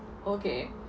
okay